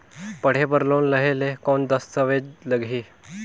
पढ़े बर लोन लहे ले कौन दस्तावेज लगही?